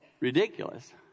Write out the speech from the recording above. ridiculous